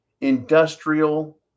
industrial